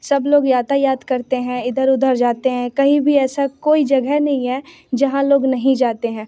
सब लोग यातायात करते हैं इधर उधर जाते हैं कहीं भी ऐसी कोई जगह नहीं हैं जहाँ लोग नहीं जाते हैं